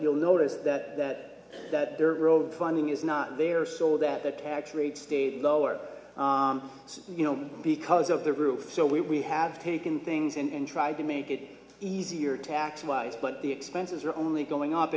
you'll notice that that dirt road funding is not there so that the tax rate stayed lower you know because of the roof so we have taken things and tried to make it easier tax wise but the expenses are only going up